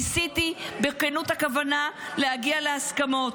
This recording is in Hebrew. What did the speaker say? ניסיתי בכנות הכוונה להגיע להסכמות.